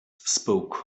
spoke